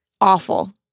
awful